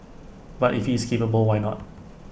but if he is capable why not